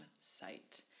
site